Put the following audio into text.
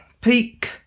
Peak